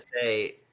say